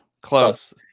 Close